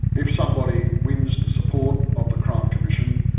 if somebody wins the support of the crime commission,